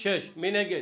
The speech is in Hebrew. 6 נגד,